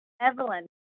Evelyn